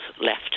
left